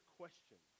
question